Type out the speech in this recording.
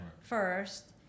first